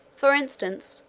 for instance,